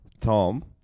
Tom